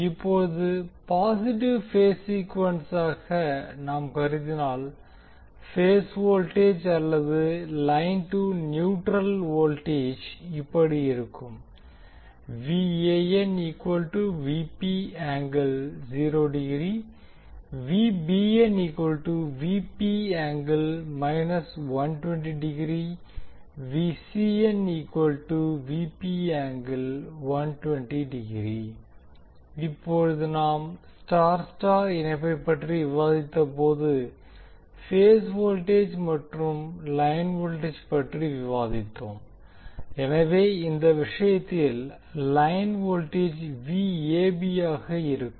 இப்போது positive phase சீக்குவென்ஸாக நாம் கருதினால் பேஸ் வோல்டேஜ் அல்லது லைன் டு நியூட்ரல் வோல்டேஜ் இப்படி இருக்கும் இப்போது நாம் Y Y இணைப்பு பற்றி விவாதித்தபோது பேஸ் வோல்டேஜ் மற்றும் லைன் வோல்டேஜ் பற்றி விவாதித்தோம் எனவே இந்த விஷயத்தில் லைன் வோல்டேஜ் ஆக இருக்கும்